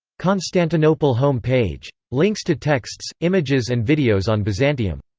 constantinople home page. links to texts, images and videos on byzantium.